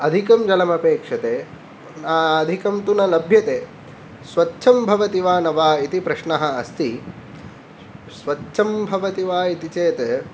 अधिकं जलम् अपेक्षते अधिकं तु न लभ्यते स्वच्छं भवति वा न वा इति प्रश्नः अस्ति स्वच्छं भवति वा इति चेत्